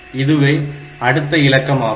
இதுவே அடுத்த இலக்கம் ஆகும்